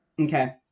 Okay